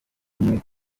umwe